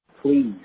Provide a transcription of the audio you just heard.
Please